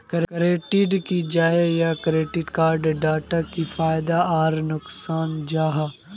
Credit की जाहा या क्रेडिट कार्ड डोट की फायदा आर नुकसान जाहा?